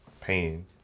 pain